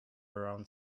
around